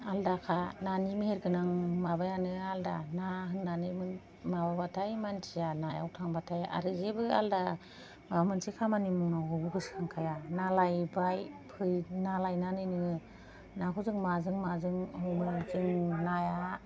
आलादाखा नानि मेहेरगोनां माबायानो आलादा ना होनानै माबाथाय मानसिया नायाव थांबाथाय आरो जेबो आलादा माबा मोनसे खामानि मावनांगौबाबो गोसोखांखाया ना लायबाय फैबाय ना लायनानै नोङो नाखौ जों माजों माजों हमो जों नाया